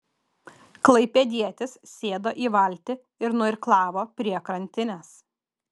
klaipėdietis sėdo į valtį ir nuirklavo prie krantinės